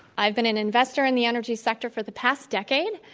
i've been an investor in the energy sector for the past decade,